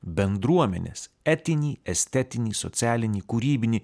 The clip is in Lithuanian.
bendruomenės etinį estetinį socialinį kūrybinį